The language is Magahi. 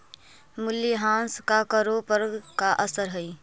मूल्यह्रास का करों पर का असर हई